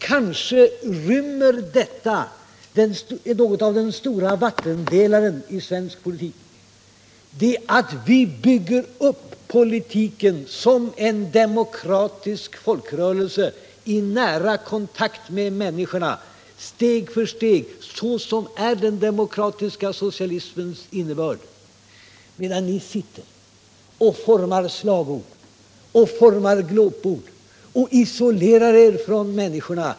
Kanske rymmer detta något av den stora vattendelaren i svensk politik, detta att vi bygger upp politiken såsom en demokratisk folkrörelse i nära kontakt med människorna, steg för steg, såsom är den demokratiska socialismens innebörd, medan ni sitter i kanslihusets rum och formar slagord och glåpord och isolerar er från människorna.